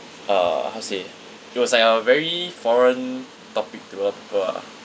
uh how to say it was like a very foreign topic to a lot of people ah